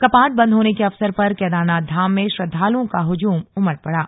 कपाट बंद होने के अवसर पर केदारनाथ धाम में श्रद्वालुओं का हुजूम उमड़ पड़ा